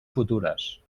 futures